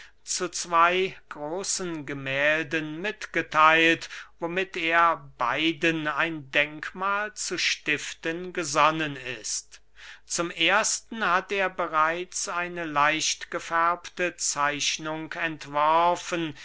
zu zwey großen gemählden mitgetheilt womit er beiden ein denkmahl zu stiften gesonnen ist zum ersten hat er bereits eine leichtgefärbte zeichnung entworfen